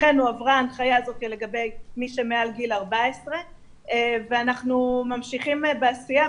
לכן הועברה ההנחיה הזאת לגבי מי שמעל גיל 14 ואנחנו ממשיכים בעשייה.